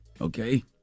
Okay